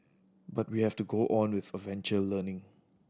but we have to go on with adventure learning